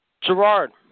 Gerard